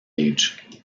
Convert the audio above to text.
age